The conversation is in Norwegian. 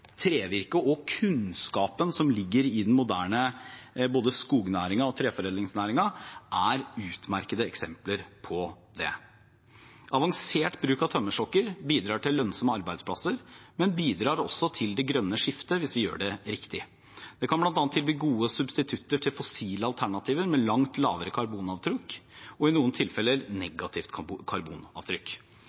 kunnskapen som ligger både i den moderne skognæringen og i treforedlingsnæringen, er utmerkede eksempler på det. Avansert bruk av tømmerstokker bidrar til lønnsomme arbeidsplasser, men bidrar også til det grønne skiftet hvis vi gjør det riktig. Det kan bl.a. tilby gode substitutter til fossile alternativer med langt lavere karbonavtrykk – og i noen tilfeller negativt karbonavtrykk.